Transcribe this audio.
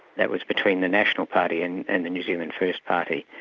that was between the national party and and the new zealand first party.